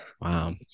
Wow